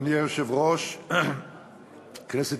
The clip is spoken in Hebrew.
אדוני היושב-ראש, כנסת